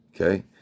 Okay